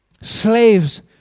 Slaves